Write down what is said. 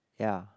ya